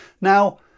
Now